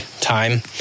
time